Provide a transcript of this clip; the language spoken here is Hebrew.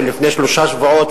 ולפני שלושה שבועות,